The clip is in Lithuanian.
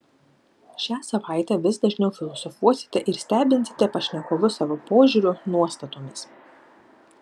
šią savaitę vis dažniau filosofuosite ir stebinsite pašnekovus savo požiūriu nuostatomis